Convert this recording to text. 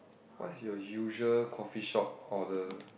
what's your usual coffee shop order